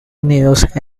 unidos